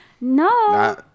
No